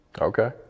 Okay